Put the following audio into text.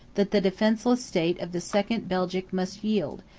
that the defenceless state of the second belgic must yield,